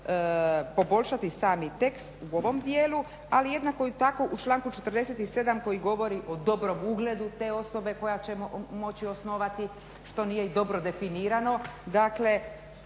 poboljšati sami tekst u ovom dijelu, ali jednako i tako u članku 47. koji govori o dobrom ugledu te osobe koja će moći osnovati što nije i dobro definirano.